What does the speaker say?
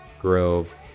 Grove